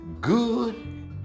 good